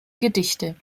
gedichte